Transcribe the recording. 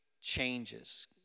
changes